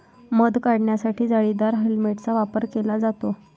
मध काढण्यासाठी जाळीदार हेल्मेटचा वापर केला जातो